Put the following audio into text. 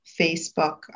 Facebook